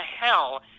hell